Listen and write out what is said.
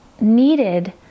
needed